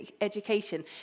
education